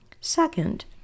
Second